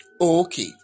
Okay